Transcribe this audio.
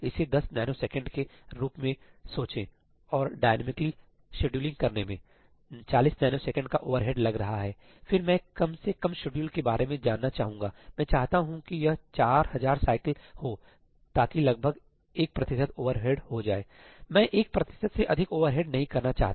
इसे 10 नैनोसेकंड के रूप में सोचें और डायनामिक शेड्यूलिंग करने में 40 नैनो सेकंड का ओवरहेड लग रहा है फिर मैं कम से कम शेड्यूल के बारे में जानना चाहूंगा मैं चाहता हूं कि यह 4000 साइकिल हो ताकि यह लगभग 1 प्रतिशत ओवरहेड हो जाए मैं 1 प्रतिशत से अधिक ओवरहेड नहीं करना चाहता